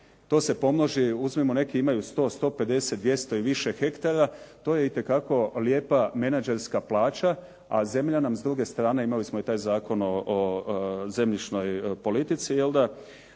to se pomnoži uzmimo neki imaju 100, 150, 200 i više hektara, to je itekako lijepa menadžerska plaća. A zemlja nam s druge strane, imali smo i taj Zakon o zemljišnoj politici, s